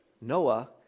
Noah